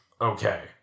Okay